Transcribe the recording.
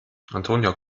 antonia